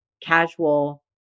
casual